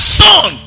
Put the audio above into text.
son